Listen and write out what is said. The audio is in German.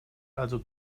also